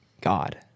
God